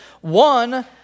one